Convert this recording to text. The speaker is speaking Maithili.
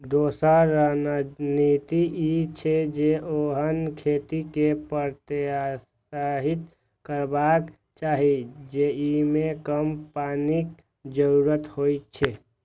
दोसर रणनीति ई छै, जे ओहन खेती कें प्रोत्साहित करबाक चाही जेइमे कम पानिक जरूरत हो